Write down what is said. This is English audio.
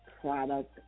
product